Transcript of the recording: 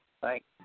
Thanks